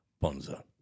bonza